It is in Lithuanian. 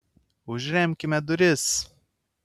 užremkime duris